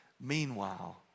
Meanwhile